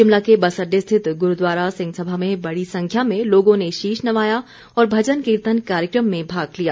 शिमला के बस अड़डे स्थित गुरूद्वारा सिंह सभा में बड़ी संख्या में लोगों ने शीष नवाया और भजन कीर्तन कार्यक्रम में भाग लिया